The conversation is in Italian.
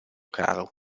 caro